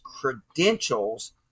credentials